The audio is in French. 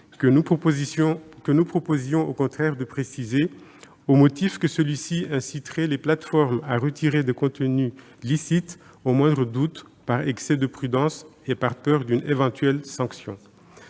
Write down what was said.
que nous proposions au contraire de préciser, au motif que celui-ci inciterait les plateformes à retirer des contenus licites au moindre doute, par excès de prudence et peur d'une éventuelle sanction.